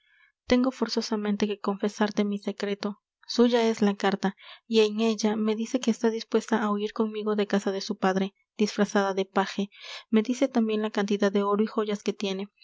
tengo forzosamente que confesarte mi secreto suya es la carta y en ella me dice que está dispuesta á huir conmigo de casa de su padre disfrazada de paje me dice tambien la cantidad de oro y joyas que tiene